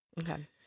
Okay